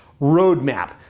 roadmap